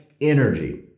energy